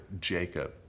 Jacob